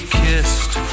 kissed